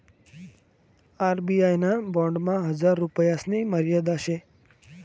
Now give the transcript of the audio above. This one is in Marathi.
आर.बी.आय ना बॉन्डमा हजार रुपयासनी मर्यादा शे